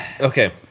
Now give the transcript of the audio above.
Okay